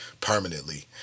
permanently